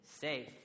safe